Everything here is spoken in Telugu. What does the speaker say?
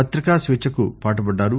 పతికా స్వేచ్చకు పాటుపడ్డారు